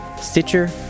Stitcher